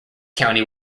county